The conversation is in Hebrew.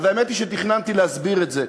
האמת היא שתכננתי להסביר את זה,